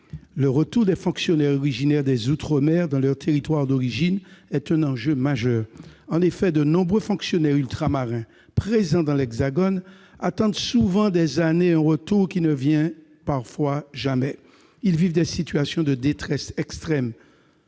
Le retour des fonctionnaires originaires des outre-mer dans leur territoire est un enjeu majeur. En effet, de nombreux fonctionnaires ultramarins présents dans l'hexagone attendent souvent des années un retour qui ne vient parfois jamais. Ils vivent des situations de détresse extrême,